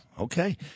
Okay